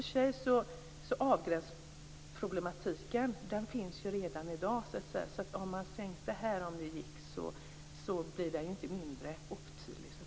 Avgränsningsproblematiken finns redan i dag. En eventuell sänkning av skatten skapar inte större otydlighet.